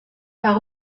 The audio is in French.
par